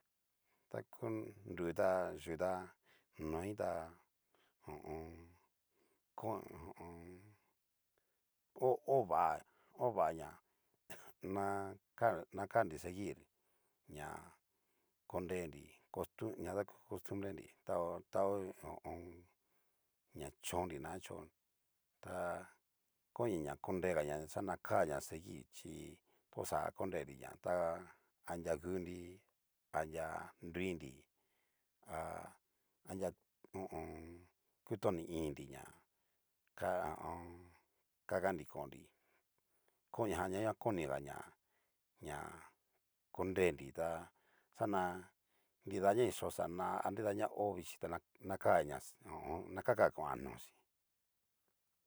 Ta ku nru ta yuta noi ta ho o on. ho ho vá hovaña naka nakanri seguir ña konreri castum ñadaku costumbre nri ta ho ña ho o on. ña chonri na kachio ta konia na konregaña xana kanria seguir, chi tuxa konrenriña tá. anria gunri, aña nrunri. anria ho o on. kutoni ininri ña ka ho o on. kakanri konri, koniajan ña koniganria ña-ña konreri tá xana nrida ña ni yó xana. adina na ho vichí tá nakagaña na kaka kuan nochí.